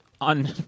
on